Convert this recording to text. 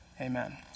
Amen